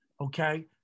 okay